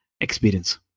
experience